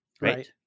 Right